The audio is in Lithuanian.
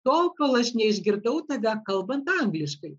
tol kol aš neišgirdau tave kalbant angliškai